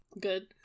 Good